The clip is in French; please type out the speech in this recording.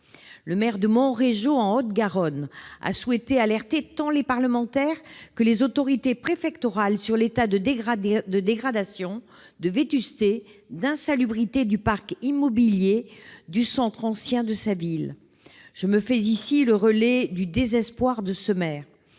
le maire de Montréjeau, en Haute-Garonne, a souhaité alerter tant les parlementaires que les autorités préfectorales sur l'état de dégradation, de vétusté et d'insalubrité du parc immobilier du centre ancien de sa ville. Je me fais ici le relais du désespoir de ce maire.